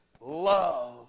love